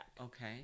okay